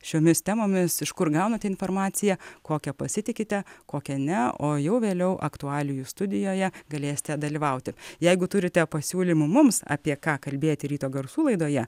šiomis temomis iš kur gaunate informaciją kokia pasitikite kokia ne o jau vėliau aktualijų studijoje galėsite dalyvauti jeigu turite pasiūlymų mums apie ką kalbėti ryto garsų laidoje